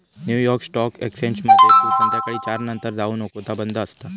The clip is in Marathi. न्यू यॉर्क स्टॉक एक्सचेंजमध्ये तू संध्याकाळी चार नंतर जाऊ नको ता बंद असता